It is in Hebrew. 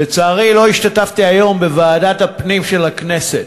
לצערי לא השתתפתי היום בישיבת ועדת הפנים של הכנסת.